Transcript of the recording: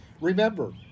Remember